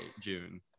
June